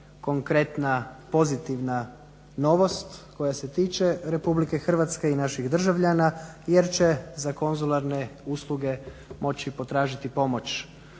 konkretna, pozitivna novost koja se tiče RH i naših državljana jer će za konzularne usluge moći potražiti pomoć